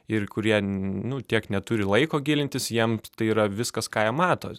ir kurie nu tiek neturi laiko gilintis jiems tai yra viskas ką jie mato